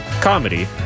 comedy